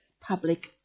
public